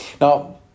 Now